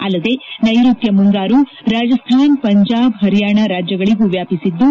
ಅಲ್ಲದೇ ನ್ನೆರುತ್ನ ಮುಂಗಾರು ರಾಜಸ್ತಾನ ಪಂಜಾಬ್ ಪರಿಯಾಣ ರಾಜ್ಲಗಳಿಗೂ ವ್ಲಾಪಿಸಿದ್ದು